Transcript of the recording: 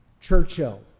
Churchill